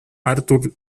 arthur